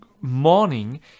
morning